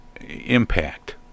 impact